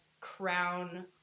crown